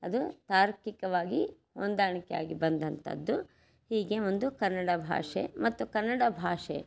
ಅದು ತಾರ್ಕಿಕವಾಗಿ ಹೊಂದಾಣಿಕೆಯಾಗಿ ಬಂದಂಥದ್ದು ಹೀಗೆ ಒಂದು ಕನ್ನಡ ಭಾಷೆ ಮತ್ತು ಕನ್ನಡ ಭಾಷೆ